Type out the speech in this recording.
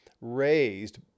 raised